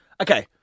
Okay